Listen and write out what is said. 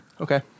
Okay